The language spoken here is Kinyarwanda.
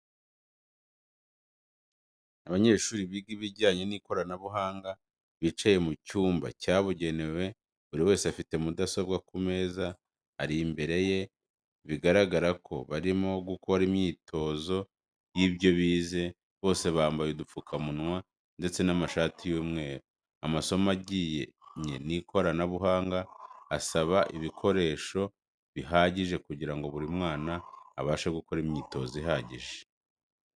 Abanyeshuri biga ibijyanye n'ikoranabuhanga bicaye mu cyumba cyabugenewe buri wese afite mudasobwa ku meza ari imbere ye bigaragara ko barimo gukora imyitozo y'ibyo bize, bose bambaye udupfukamunwa ndetse n'amashati y'umweru. Amasomo ajyanye n'ikoranabuhanga asaba ibikoreso bihagije kugirango buri mwana abashe gukora imyitozo ihagije.